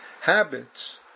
habits